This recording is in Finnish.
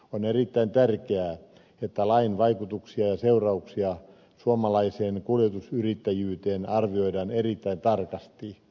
on erittäin tärkeää että lain vaikutuksia ja seurauksia suomalaiseen kuljetusyrittäjyyteen arvioidaan erittäin tarkasti